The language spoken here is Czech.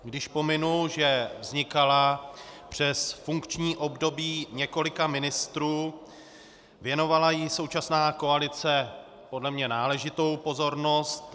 Když pominu, že vznikala přes funkční období několika ministrů, věnovala jí současná koalice podle mě náležitou pozornost.